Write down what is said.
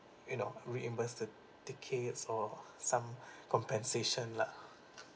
you know reimburse the the case or some compensation lah